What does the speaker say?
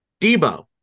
Debo